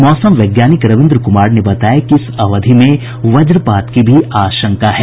मौसम वैज्ञानिक रविन्द्र कुमार ने बताया कि इस अवधि में वजपात की भी आशंका है